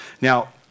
Now